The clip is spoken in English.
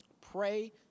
Pray